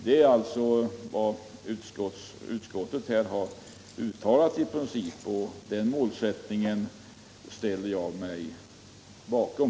Detta är vad utskottet har uttalat i princip, och den målsättningen ställer jag mig bakom.